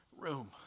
room